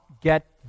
get